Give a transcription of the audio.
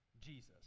Jesus